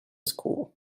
school